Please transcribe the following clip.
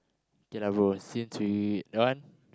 okay lah bro since we that one